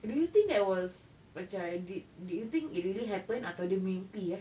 do you think that was macam did did you think it really happened atau dia mimpi eh